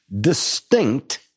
distinct